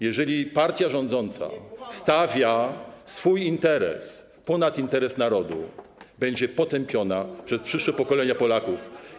Jeżeli partia rządząca stawia swój interes ponad interes narodu, będzie potępiona przez przyszłe pokolenia Polaków.